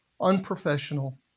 unprofessional